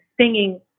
singing